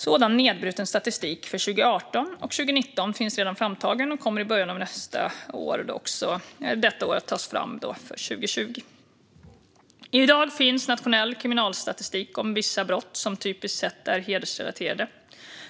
Sådan nedbruten statistik för 2018 och 2019 finns redan framtagen och kommer i början av detta år också att tas fram för 2020. I dag finns nationell kriminalstatistik om vissa brott som typiskt sett är hedersrelaterade.